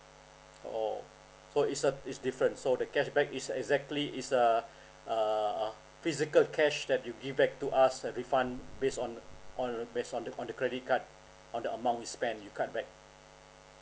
oh so it's a is different so the cashback is exactly is a a physical cash that you give back to us a refund based on on based on the on the credit card on the amount you spend you cut back